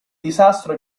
disastro